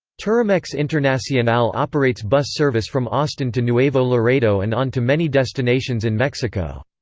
turimex internacional operates bus service from austin to nuevo laredo and on to many destinations in mexico.